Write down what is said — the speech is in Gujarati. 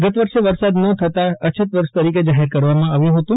ગત વર્ષે વરસાદ ન થતાં અછત વર્ષ તરીકે જાહેર કરવામાં આવ્યું હતું